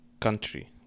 country